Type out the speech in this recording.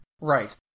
Right